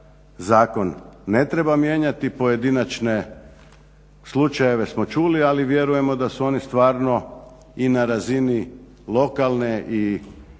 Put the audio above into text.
zakon ne treba mijenjati. Pojedinačne slučajeve smo čuli, ali vjerujemo da su oni stvarno i na razini lokalne i